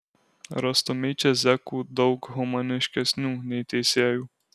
rastumei čia zekų daug humaniškesnių nei teisėjų